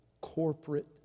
corporate